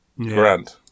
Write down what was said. Grand